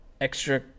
extra